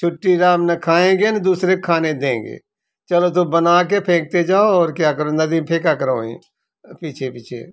छुट्टी राम ना खाएँगे ना दूसरे को खाने देंगे चलो तो बना के फेंकते जाओ और क्या करो नदी में फेंका करो वहीं पीछे पीछे